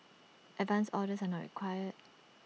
advance orders are not required